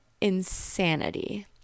insanity